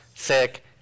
sick